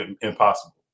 impossible